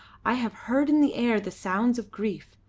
i have heard in the air the sounds of grief,